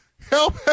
Help